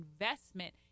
investment